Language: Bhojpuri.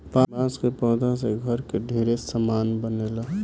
बांस के पौधा से घर के ढेरे सामान बनेला